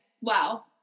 wow